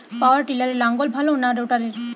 পাওয়ার টিলারে লাঙ্গল ভালো না রোটারের?